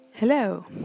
Hello